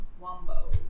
Wombo